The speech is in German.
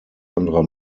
anderer